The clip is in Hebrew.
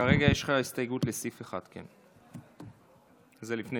כרגע יש לך הסתייגות לסעיף 1. זה לפני